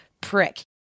prick